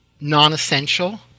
non-essential